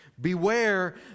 Beware